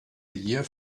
year